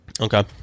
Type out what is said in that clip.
Okay